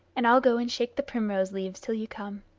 and i'll go and shake the primrose leaves till you come.